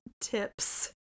tips